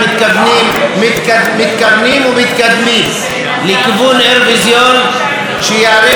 ומתקדמים לכיוון אירוויזיון שייערך בתל אביב